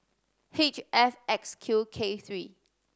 H F X Q K three